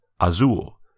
Azul